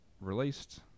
released